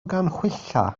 ganhwyllau